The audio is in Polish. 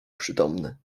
przytomny